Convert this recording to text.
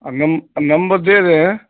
number دے رہے ہیں